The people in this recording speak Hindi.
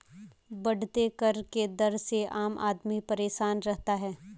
बढ़ते कर के दर से आम आदमी परेशान रहता है